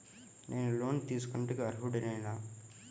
నేను లోన్ తీసుకొనుటకు అర్హుడనేన?